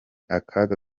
akaga